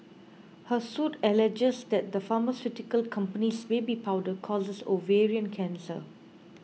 her suit alleges that the pharmaceutical company's baby powder causes ovarian cancer